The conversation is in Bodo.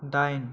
दाइन